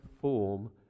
form